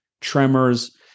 tremors